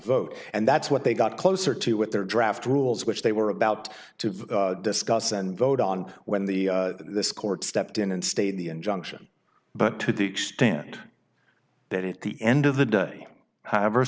vote and that's what they got closer to with their draft rules which they were about to discuss and vote on when the this court stepped in and stayed the injunction but to the extent that it at the end of the day however